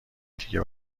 دیگه